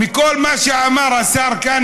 מכל מה שאמר השר כאן,